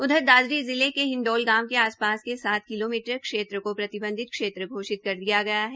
उधर दादरी जिले के हिंडोल गांव के आस पास के सात किलोमीटर क्षेत्र को प्रतिबंधित क्षेत्र घोषित किया गया है